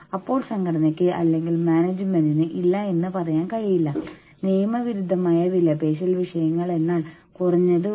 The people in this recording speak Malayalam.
ഓഹരികൾ കുറയുകയാണെങ്കിൽ അവയുടെ മൂല്യം കുറയുകയാണെങ്കിൽ നിങ്ങൾക്ക് പണം നഷ്ടപ്പെടും